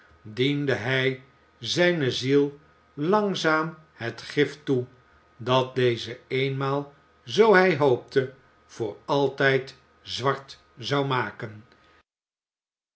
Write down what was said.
diende hij zijne ziel langzaam het gift toe dat deze eenmaal zoo hij hoopte voor altijd zwart zou maken